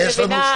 יש לנו 12 דקות.